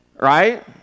Right